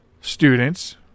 students